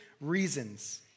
reasons